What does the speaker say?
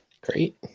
great